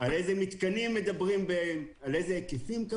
על איזה מתקנים מדברים בהם וכמובן על איזה היקפים.